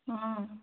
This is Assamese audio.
অঁ